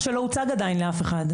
תודה על הדיון הזה ותודה על התמיכה.